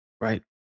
Right